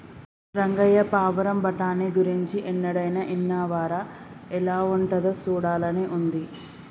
రంగయ్య పావురం బఠానీ గురించి ఎన్నడైనా ఇన్నావా రా ఎలా ఉంటాదో సూడాలని ఉంది